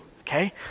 okay